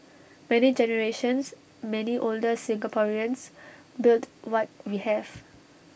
many generations many older Singaporeans built what we have